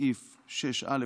סעיף 6א לחוק-יסוד: